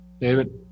David